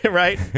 right